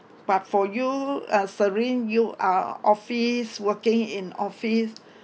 but for you uh serene you are office working in office